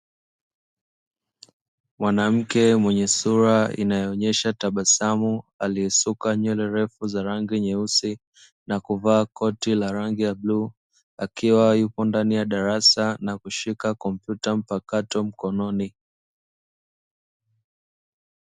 Mwanamke mwenye sura inayoonyesha tabasamu aliyesuka nywele ndefu zenye rangi nyeusi na kuvaa koti la rangi ya bluu, akiwa yupo ndani ya darasa na kushika kompyuta mpakato mkononi.